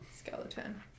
Skeleton